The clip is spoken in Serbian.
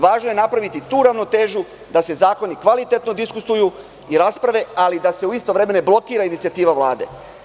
Važno je napraviti tu ravnotežu da se zakoni kvalitetno diskutuju i rasprave, ali da se u isto vreme ne blokira inicijativa Vlade.